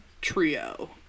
trio